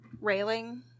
railing